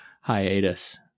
hiatus